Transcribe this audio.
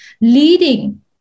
leading